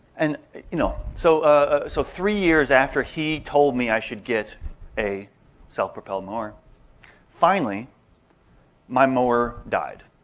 and you know so ah so three years after he told me i should get a self-propelled mower finally my mower died.